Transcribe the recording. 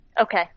Okay